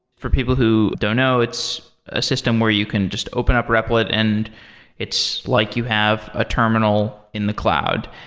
for people who don't know, it's a system where you can just open up repl it and it's like you have a terminal in the cloud.